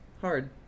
hard